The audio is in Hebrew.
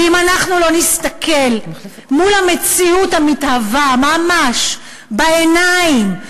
ואם אנחנו לא נסתכל למציאות המתהווה ממש בעיניים,